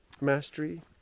mastery